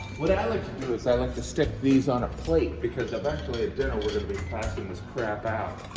what i like to do is i like to stick these on a plate, because eventually at dinner we're gonna be passing this crap out.